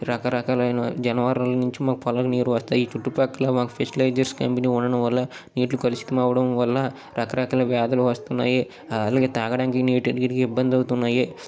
రకరకాలైన జనవరాలు నుంచి మా పొలాలకు నీరు వస్తాయి చుట్టుపక్కల ఫెర్టిలైజర్స్ కంపెనీ ఉండడం వల్ల నీటి కలుషితం అవ్వడం వల్ల రకరకాల వ్యాధులు వస్తున్నాయి అలాగే తాగడానికి నీటికి ఇబ్బంది అవుతున్నాయి